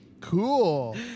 Cool